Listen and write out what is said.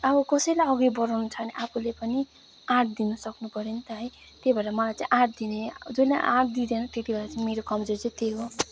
अब कसैलाई अघि बढाउनु छ भने आफूले पनि आँट दिनु सक्नु पर्यो नि त है त्यहि भएर मलाई चाहिँ आँट दिने जसले आँट दिँदैन त्यति बेला मेरो कमजोरी चाहिँ त्यही हो